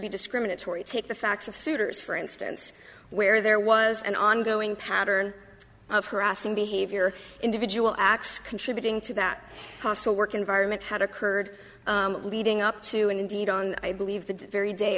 be discriminatory take the facts of souter's for instance where there was an ongoing pattern of harassing behavior individual acts contributing to that hostile work environment had occurred leading up to and indeed on i believe the very day